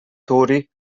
turi